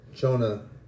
Jonah